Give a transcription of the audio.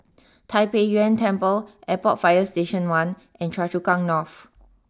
Tai Pei Yuen Temple Airport fire Station one and Choa Chu Kang North